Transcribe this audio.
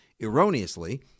erroneously